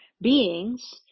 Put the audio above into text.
beings